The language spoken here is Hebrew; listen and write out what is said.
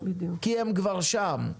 כי הן כבר שם.